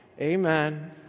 amen